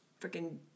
freaking